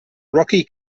rocky